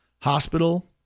Hospital